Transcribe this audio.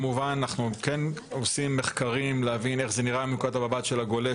אנחנו כן עושים מחקרים להבין איך זה נראה מנקודת המבט של הגולש,